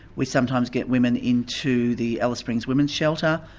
we sometimes get women into the alice springs women's shelter,